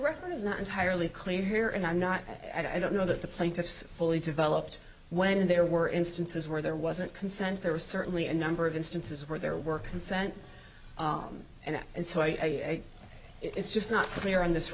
record is not entirely clear here and i'm not i don't know that the plaintiffs fully developed when there were instances where there wasn't consent there was certainly a number of instances where their work consent and and so i it's just not clear on this